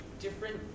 different